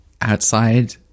outside